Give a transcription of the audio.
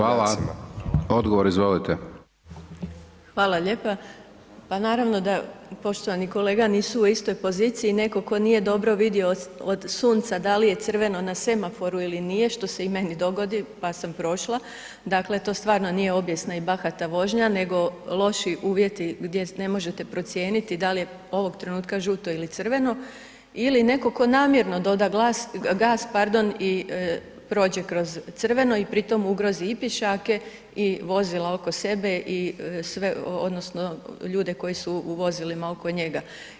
Hvala lijepa, pa naravno da poštovani kolega nisu u istoj poziciji netko tko nije dobro vidio od sunca da li je crveno na semaforu ili nije što se i meni dogodi, pa sam prošla, dakle to stvarno nije obijesna i bahata vožnja nego loši uvjeti gdje ne možete procijeniti da li je ovog trenutka žuto ili crveno ili netko tko namjerno doda glas, gas pardon i prođe kroz crveno i pri tom ugrozi i pješake i vozila oko sebe i sve odnosno ljude koji su u vozilima oko njega.